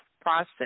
process